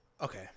Okay